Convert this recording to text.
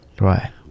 right